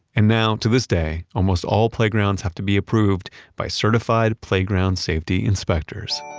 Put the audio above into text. and now to this day almost all playgrounds have to be approved by certified playground safety inspectors.